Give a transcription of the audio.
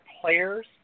players